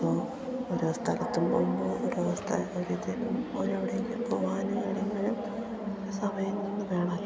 അപ്പോൾ ഓരോ സ്ഥലത്തും പോകുമ്പോൾ ഓരോ സ്ഥലത്തേക്കും ഒരവിടേക്കു പോകാനും എവിടെയെങ്കിലും സമയം തന്നെ വേണമല്ലോ